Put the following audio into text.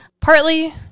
partly